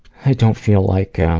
i don't feel like um.